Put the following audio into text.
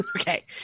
okay